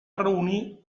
reunir